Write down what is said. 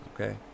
okay